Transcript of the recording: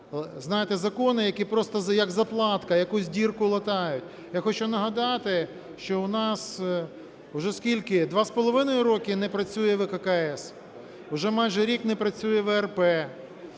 знаєте, закони, які просто, як заплатка, якусь дірку латають. Я хочу нагадати, що у нас вже скільки, 2,5 роки не працює ВККС? Вже майне рік не працює ВРП.